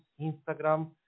Instagram